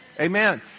Amen